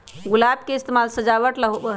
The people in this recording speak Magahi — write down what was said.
गुलाब के इस्तेमाल सजावट ला होबा हई